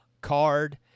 card